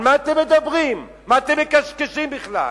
על מה אתם מדברים, מה אתם מקשקשים בכלל?